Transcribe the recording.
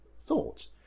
thought